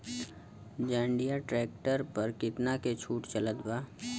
जंडियर tractor पर कितना के छूट चलत बा?